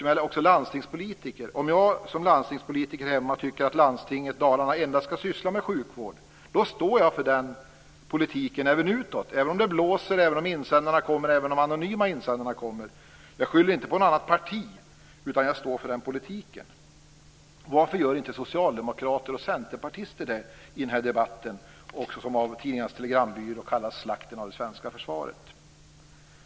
Om jag, för att ta ett konkret exempel, som landstingspolitiker hemma tycker att landstinget i Dalarna endast ska syssla med sjukvård, då står jag för den politiken även utåt, även om det blåser, även om insändarna kommer och även om de anonyma insändarna kommer. Jag skyller inte på något annat parti, utan jag står för den politiken. Varför gör inte socialdemokrater och centerpartister det i den här debatten om det som av Tidningarnas Telegrambyrå kallas slakten av det svenska försvaret?